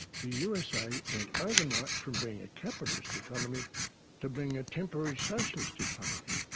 the usa went overnight from being a capitalist economy to being a temporary socialist economy.